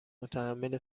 متحمل